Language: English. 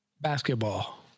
Basketball